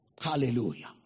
Hallelujah